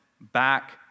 back